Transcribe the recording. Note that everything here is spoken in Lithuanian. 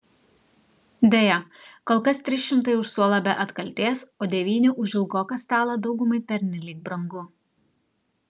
deja kol kas trys šimtai už suolą be atkaltės o devyni už ilgoką stalą daugumai pernelyg brangu